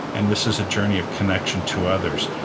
and this is a journey of connection to others,